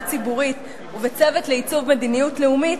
ציבורית ובצוות לעיצוב מדיניות לאומית,